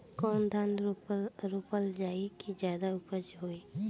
कौन धान रोपल जाई कि ज्यादा उपजाव होई?